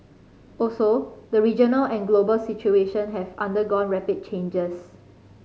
also the regional and global situation have undergone rapid changes